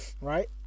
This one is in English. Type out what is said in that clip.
Right